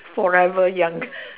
forever young